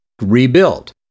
rebuilt